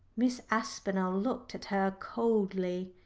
miss aspinall looked at her coldly.